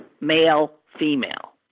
male-female